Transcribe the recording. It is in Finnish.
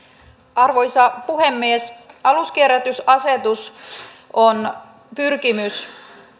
arvoisa puhemies aluskierrätysasetus on pyrkimys